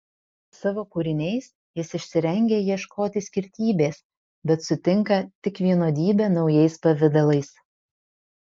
savo kūriniais jis išsirengia ieškoti skirtybės bet sutinka tik vienodybę naujais pavidalais